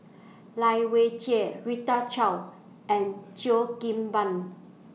Lai Weijie Rita Chao and Cheo Kim Ban